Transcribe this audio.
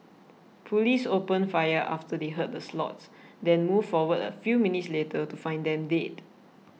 police opened fire after they heard the slots then moved forward a few minutes later to find them dead